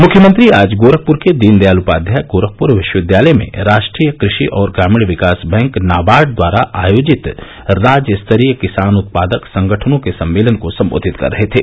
मुख्यमंत्री आज गोरखपुर के दीनदयाल उपाध्याय गोरखपुर विश्वविद्यालय में राष्ट्रीय कृषि और ग्रामीण विकास बैंक नाबार्ड द्वारा आयोजित राज्य स्तरीय किसान उत्पादक संगठनों के सम्मेलन को संबोधित कर रहे थे